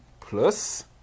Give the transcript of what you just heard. plus